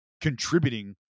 contributing